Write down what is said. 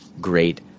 great